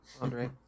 Andre